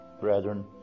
brethren